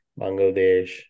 Bangladesh